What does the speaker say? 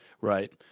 Right